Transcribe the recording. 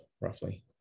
roughly